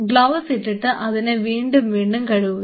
gloves ഇട്ടിട്ട് ഇതിനെ വീണ്ടും വീണ്ടും കഴുകുക